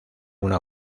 una